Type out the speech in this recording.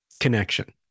connection